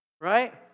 Right